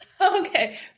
Okay